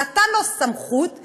נתן לו סמכות,